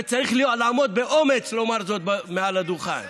וצריך לעמוד באומץ ולומר זאת מעל הדוכן.